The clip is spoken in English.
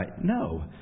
No